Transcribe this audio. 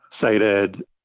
cited